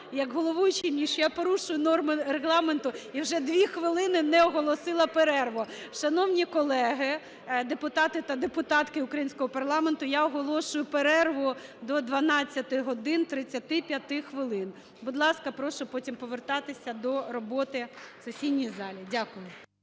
як головуючій, що я порушую норми Регламенту і вже 2 хвилини не оголосила перерву. Шановні колеги, депутати та депутатки українського парламенту, я оголошую перерву до 12 годин 35 хвилин. Будь ласка, прошу потім повертатися до роботи в сесійній залі. Дякую.